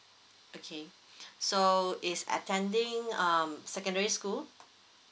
okay so It's attending um secondary school